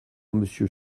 monsieur